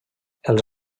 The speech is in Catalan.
els